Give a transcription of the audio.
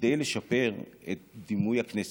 כדי לשפר את דימוי הכנסת,